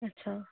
अच्छा